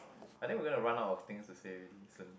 I think we gonna run out of things to say already soon